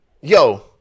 Yo